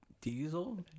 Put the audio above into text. Diesel